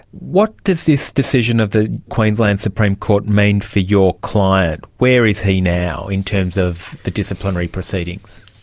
what does this decision of the queensland supreme court mean for your client? where is he now in terms of the disciplinary proceedings?